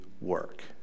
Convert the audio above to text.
work